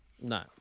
No